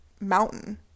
mountain